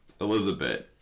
Elizabeth